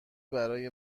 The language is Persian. برای